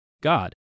God